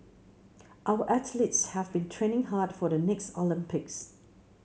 our athletes have been training hard for the next Olympics